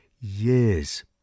years